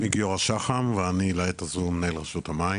שמי גיורא שחם, ואני לעת הזו מנהל רשות המים,